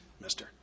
mister